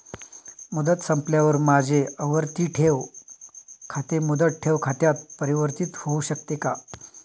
मुदत संपल्यावर माझे आवर्ती ठेव खाते मुदत ठेव खात्यात परिवर्तीत होऊ शकते का?